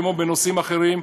כמו בנושאים אחרים,